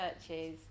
churches